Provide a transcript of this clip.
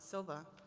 silva,